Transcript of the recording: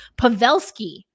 Pavelski